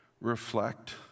reflect